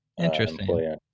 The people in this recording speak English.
interesting